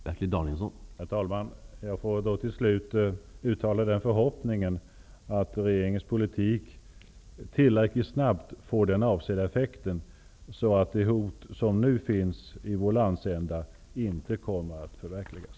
Herr talman! Jag får då till slut uttala en förhoppning om att regeringens politik tillräckligt snabbt får den avsedda effekten, så att de hot som nu finns i vår landsända inte kommer att förverkligas.